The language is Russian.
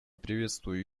приветствую